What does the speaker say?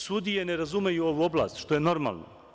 Sudije ne razumeju ovu oblast, što je normalno.